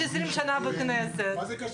שום דבר לא